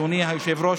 אדוני היושב-ראש,